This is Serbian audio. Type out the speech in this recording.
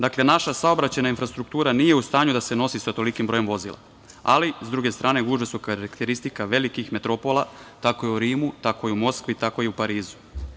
Dakle, naša saobraćajna infrastruktura nije u stanju da se nosi sa tolikim brojem vozila, ali sa druge strane gužve su karakteristika velikih metropola, tako je u Rimu, tako je u Moskvi, tako je i u Parizu.